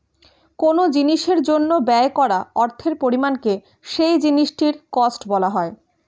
কোন জিনিসের জন্য ব্যয় করা অর্থের পরিমাণকে সেই জিনিসটির কস্ট বলা হয়